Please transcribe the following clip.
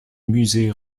musée